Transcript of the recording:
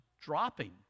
dropping